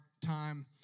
time